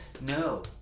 No